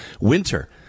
winter